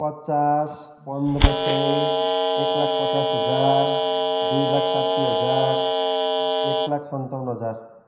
पचास पन्ध्र सय एक लाख पचास हजार दुई लाख साठी हजार एक लाख सन्ताउन हजार